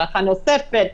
הארכה נוספת,